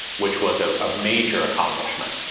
which was a ah major accomplishment.